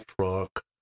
truck